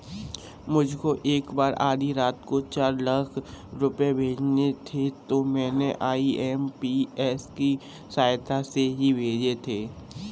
मुझको एक बार आधी रात को चार लाख रुपए भेजने थे तो मैंने आई.एम.पी.एस की सहायता से ही भेजे थे